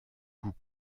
goûts